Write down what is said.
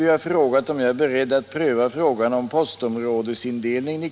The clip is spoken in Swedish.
Herr talman!